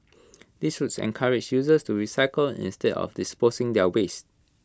this would encourage users to recycle instead of disposing their waste